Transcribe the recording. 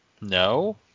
No